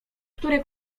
który